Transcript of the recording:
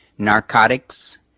narcotics,